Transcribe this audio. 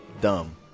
dumb